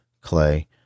Clay